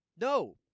No